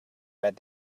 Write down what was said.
read